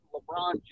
LeBron